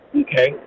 Okay